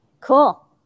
Cool